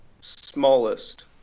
Smallest